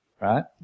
Right